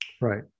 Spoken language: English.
Right